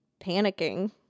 panicking